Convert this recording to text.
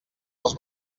als